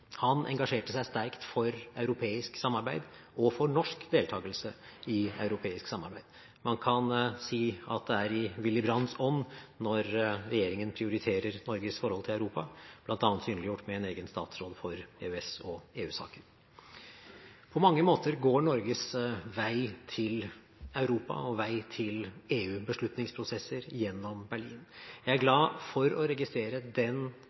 Han engasjerte seg sterkt for europeisk samarbeid og for norsk deltagelse i europeisk samarbeid. Man kan si at det er i Willy Brandts ånd når regjeringen prioriterer Norges forhold til Europa, bl.a. synliggjort med en egen statsråd for EØS- og EU-saker. På mange måter går Norges vei til Europa og til EU-beslutningsprosesser gjennom Berlin. Jeg er glad for å registrere den